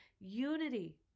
unity